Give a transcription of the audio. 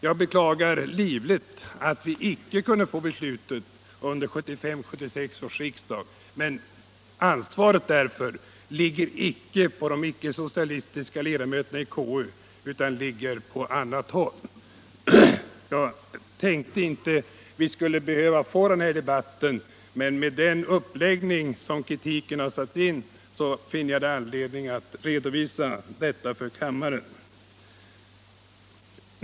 Jag beklagar livligt att vi icke kunde fatta beslutet under 1975/76 års riksmöte, men ansvaret därför ligger inte på de icke-socia Nr 32 listiska ledamöterna i KU, utan det ligger på annat håll. Jag tänkte inte att vi skulle behöva få den här debatten, men med den uppläggning av kritiken som oppositionen har satt in finner jag anledning att redovisa detta för kammaren.